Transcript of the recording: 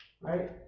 Right